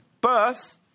birth